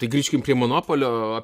tai grįžkim prie monopolio